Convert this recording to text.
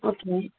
okay